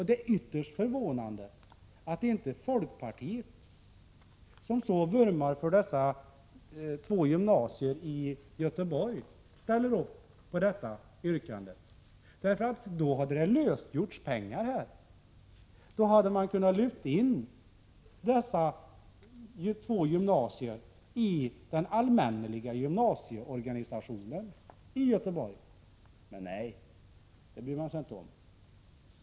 Det är ytterst förvånande att inte folkpartiet, som så vurmar för dessa två gymnasier i Göteborg, ställer sig bakom vårt yrkande. Då hade det lösgjorts pengar. Då hade man kunnat lyfta in dessa två gymnasier i den allmänneliga gymnasieorganisationen i Göteborg. Men, nej, det bryr man sig inte om.